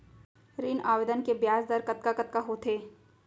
ऋण आवेदन के ब्याज दर कतका कतका होथे?